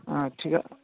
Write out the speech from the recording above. अ थिगा